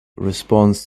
responds